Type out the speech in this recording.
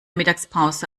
mittagspause